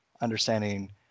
understanding